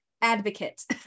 advocate